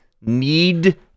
need